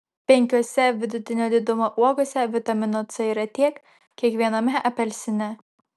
penkiose vidutinio didumo uogose vitamino c yra tiek kiek viename apelsine